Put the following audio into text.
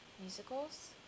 musicals